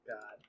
God